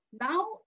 now